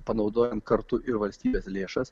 panaudojant kartu ir valstybės lėšas